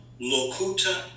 locuta